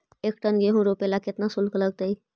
एक टन गेहूं रोपेला केतना शुल्क लगतई?